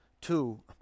two